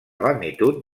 magnitud